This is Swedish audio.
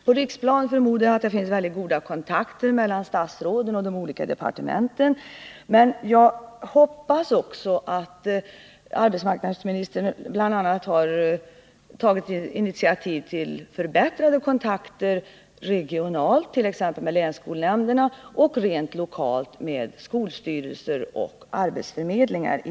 På riksplanet förmodar jag att det finns goda kontakter mellan statsråden och de olika departementen, men jag hoppas också att arbetsmarknadsministern bl.a. har tagit initiativ till förbättrade kontakter i de här frågorna regionalt, t.ex. med länsskolnämnderna, och rent lokalt med skolstyrelser och arbetsförmedlingar.